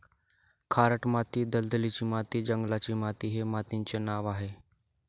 खारट माती, दलदलीची माती, जंगलाची माती हे मातीचे नावं आहेत